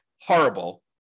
horrible